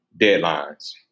deadlines